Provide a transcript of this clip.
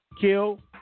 kill